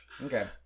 Okay